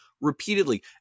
repeatedly